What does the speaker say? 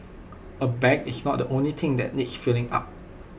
A bag is not the only thing that needs filling up